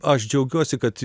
aš džiaugiuosi kad